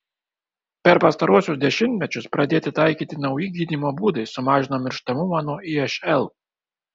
per pastaruosius dešimtmečius pradėti taikyti nauji gydymo būdai sumažino mirštamumą nuo išl